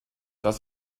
das